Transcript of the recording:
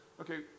Okay